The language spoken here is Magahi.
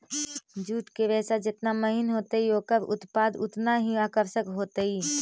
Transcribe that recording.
जूट के रेशा जेतना महीन होतई, ओकरा उत्पाद उतनऽही आकर्षक होतई